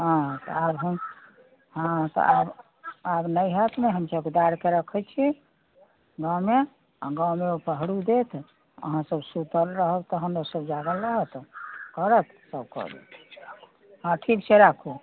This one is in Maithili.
हँ तऽ आब हम हँ तऽ आब नहि हैत ने हम चौकीदारके रखै छियै गाँवमे गाँवमे ओ पहरो देत अहाँ सब सुतल रहब तहन ओसब जागल रहत करत हँ ठीक छै राखू